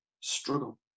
struggle